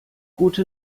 gute